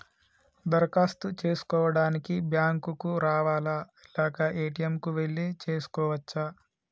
దరఖాస్తు చేసుకోవడానికి బ్యాంక్ కు రావాలా లేక ఏ.టి.ఎమ్ కు వెళ్లి చేసుకోవచ్చా?